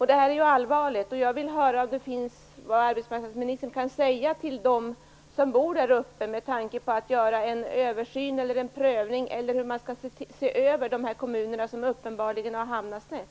Det här är allvarlig, och jag vill höra vad arbetsmarknadsministern kan säga till dem som bor där uppe om möjligheten att göra en översyn eller en prövning eller hur man nu skall se över detta med de kommuner som uppenbarligen har hamnat snett.